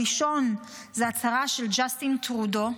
הראשונה היא הצהרה של ג'סטין טרודו,